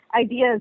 ideas